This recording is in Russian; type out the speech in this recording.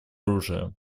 оружия